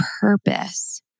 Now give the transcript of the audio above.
purpose